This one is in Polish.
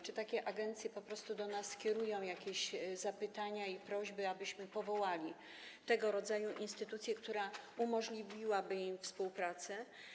Czy takie agencje po prostu do nas kierują jakieś zapytania i prośby, abyśmy powołali tego rodzaju instytucję, która umożliwiłaby im współpracę?